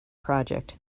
project